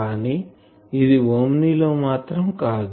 కానీ ఇది ఓమ్ని లో మాత్రం కాదు